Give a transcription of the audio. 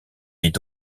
est